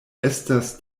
estas